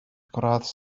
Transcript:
gradd